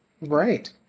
Right